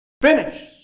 Finish